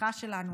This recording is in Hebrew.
השיחה שלנו,